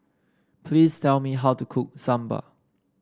please tell me how to cook Sambar